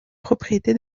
propriété